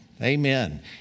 Amen